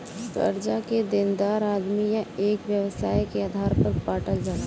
कर्जा के देनदार आदमी या एक व्यवसाय के आधार पर बांटल जाला